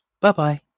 Bye-bye